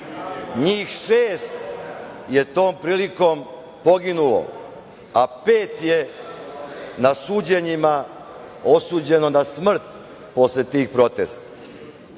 NJih šest je tom prilikom poginulo, a pet je na suđenjima osuđeno na smrt posle tih protesta.